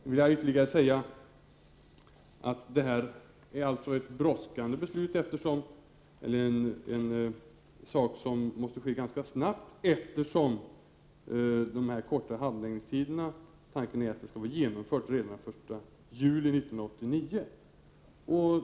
Därutöver vill jag säga: Det handlar om åtgärder som måste vidtas ganska snabbt, eftersom dessa korta handläggningstider skall vara genomförda redan den 1 juli 1989.